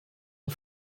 een